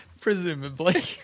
Presumably